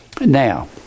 Now